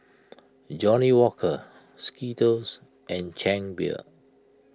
Johnnie Walker Skittles and Chang Beer